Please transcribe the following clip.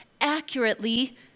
accurately